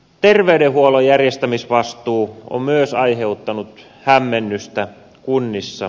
terveydenhuollon järjestämisvastuu on myös aiheuttanut hämmennystä kunnissa